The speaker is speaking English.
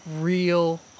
real